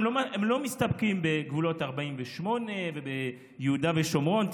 הם לא מסתפקים בגבולות 48' וביהודה ושומרון.